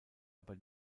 aber